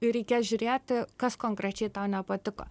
reikės žiūrėti kas konkrečiai tau nepatiko